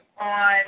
on